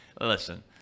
listen